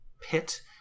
pit